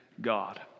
God